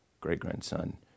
great-grandson